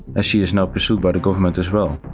as she is now pursued by the government as well.